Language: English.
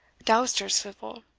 dousterswivel,